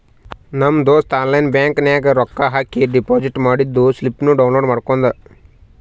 ನಮ್ ದೋಸ್ತ online bank ನಾಗ್ ರೊಕ್ಕಾ ಹಾಕಿ ಡೆಪೋಸಿಟ್ ಮಾಡಿದ್ದು ಸ್ಲಿಪ್ನೂ ಡೌನ್ಲೋಡ್ ಮಾಡ್ಕೊಂಡ್